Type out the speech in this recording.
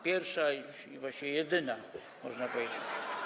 Pierwsza i właściwie jedyna, można powiedzieć.